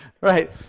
right